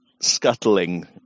scuttling